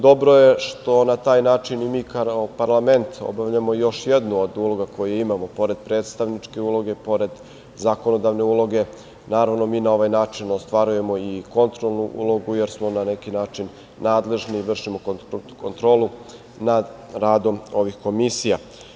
Dobro je što na taj način i mi kao parlament obavljamo još jednu od uloga koje imamo, pored predstavničke uloge, pored zakonodavne uloge naravno mi na ovaj način ostvarujemo i kontrolnu ulogu jer smo na neki način nadležni da vršimo kontrolu nad radom ovih komisija.